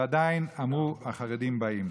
ועדיין אמרו: החרדים באים,